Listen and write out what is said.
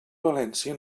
valència